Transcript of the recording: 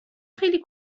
خیلی